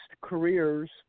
careers